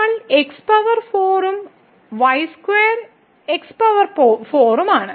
നമ്മൾക്ക് x power 4 ഉം y square x power 4 ഉം ആണ്